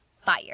fire